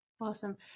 Awesome